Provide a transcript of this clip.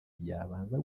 yabanza